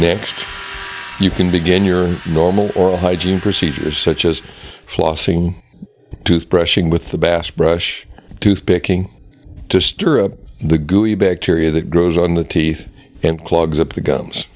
next you can begin your normal oral hygiene procedure such as flossing tooth brushing with the bass brush tooth picking to stir up the gooey bacteria that grows on the teeth and clogged up the gums